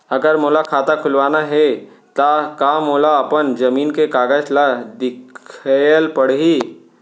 अगर मोला खाता खुलवाना हे त का मोला अपन जमीन के कागज ला दिखएल पढही?